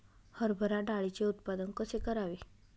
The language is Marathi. हरभरा डाळीचे उत्पादन कसे करावे?